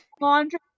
Laundry